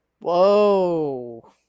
Whoa